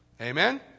Amen